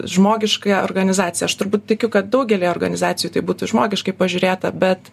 žmogiška organizacija aš turbūt tikiu kad daugely organizacijų tai būtų žmogiškai pažiūrėta bet